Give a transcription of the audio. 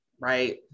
right